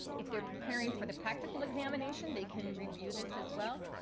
if they're preparing for the practical examination, they can review this as well.